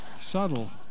Subtle